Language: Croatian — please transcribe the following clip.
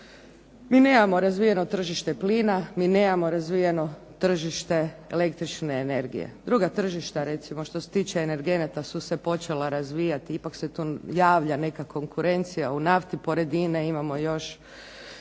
Mi nemamo razvijeno tržište plina, mi nemamo razvijeno tržište električne energije. Druga tržišta recimo što se tiče energenata su se počela razvijati. Ipak se tu javlja neka konkurencija u nafti. Pored INA-e imamo još